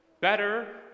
Better